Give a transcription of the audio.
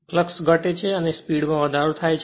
flux ઘટે છે અને સ્પીડ માં વધારો થાય છે